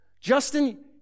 Justin